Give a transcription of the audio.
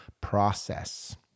process